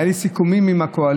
היו לי סיכומים עם הקואליציה